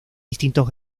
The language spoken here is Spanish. distintos